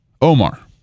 Omar